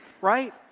Right